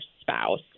spouse